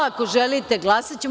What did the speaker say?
Ako želite, glasaćemo.